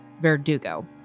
Verdugo